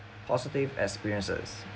positive experiences